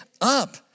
up